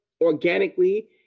organically